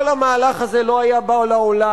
כל המהלך הזה לא היה בא לעולם,